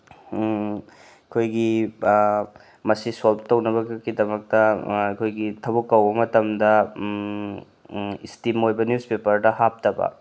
ꯑꯩꯈꯣꯏꯒꯤ ꯃꯁꯤ ꯁꯣꯜꯕ ꯇꯧꯅꯕꯒꯤꯗꯃꯛꯇ ꯑꯩꯈꯣꯏꯒꯤ ꯊꯕꯛ ꯀꯧꯕ ꯃꯇꯝꯗ ꯏꯁꯇꯤꯝ ꯑꯣꯏꯕ ꯅ꯭ꯌꯨꯁ ꯄꯦꯄꯔꯗ ꯍꯥꯞꯇꯕ